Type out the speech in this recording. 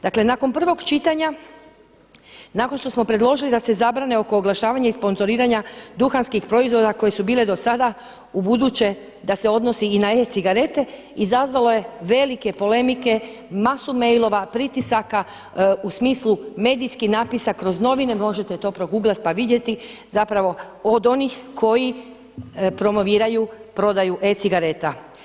Dakle nakon prvog čitanja nakon što smo predložili da se zabrane oko oglašavanja i sponzoriranja duhanskih proizvoda koje su bile do sada ubuduće da se odnosi i na e-cigarete izazvalo je velike polemike, masu mailova, pritisaka u smislu medijskih napisa kroz novine, možete to proguglati pa vidjeti zapravo od onih koji promoviraju prodaju e-cigareta.